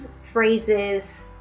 phrases